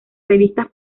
revistas